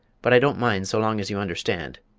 but i don't mind so long as you understand.